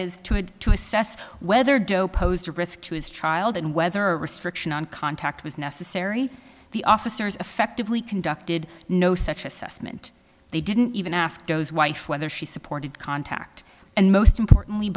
is to assess whether doe posed a risk to his child and whether a restriction on contact was necessary the officers effectively conducted no such assessment they didn't even ask those wife whether she supported contact and most importantly